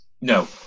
No